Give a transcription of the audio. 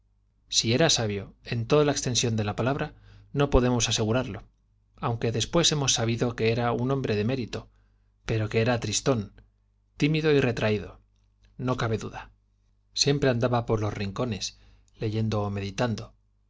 si era sabio en toda la extensión de la palabra no podemos asegurarlo aunque después hemos sabido que era un hombre de mérito pero que era tristón tímido y retraído no cabe duda andaba por los rincones leyendo